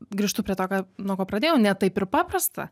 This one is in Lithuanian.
grįžtu prie to kad nuo ko pradėjau ne taip ir paprasta